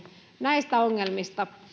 näistä ongelmista